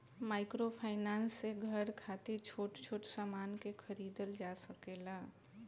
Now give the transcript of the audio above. microfinance से घर खातिर छोट छोट सामान के खरीदल जा सकेला